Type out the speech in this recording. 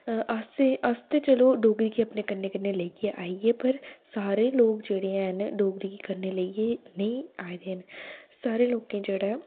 अस ते चलो डोगरी गीअपने कन्नै कन्नै लेइयै आई गे लोक जेह्ड़े हैन डोगरी गी कन्नै लेइयै नेई आए दे हैन सारें लोकें जेह्ड़ा ऐ